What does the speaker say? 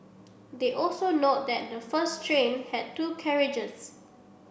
they also note that the first train had two carriages